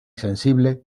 sensible